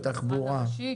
בתחבורה, הבנתי.